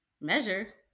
Measure